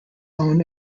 own